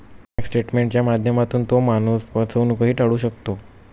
bank स्टेटमेंटच्या माध्यमातून तो माणूस फसवणूकही टाळू शकतो